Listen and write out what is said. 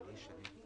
בסעיף (ד)